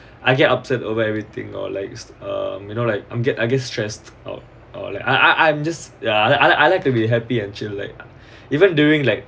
I get upset over everything or likes um you know like I get I get stressed out or like I I'm just ya I like I like to be happy and chill like even during like